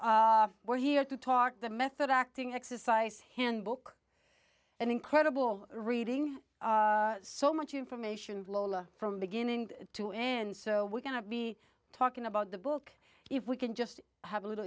we're here to talk that method acting exercise handbook an incredible reading so much information lola from beginning to end so we're going to be talking about the book if we can just have a little